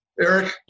eric